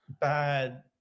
bad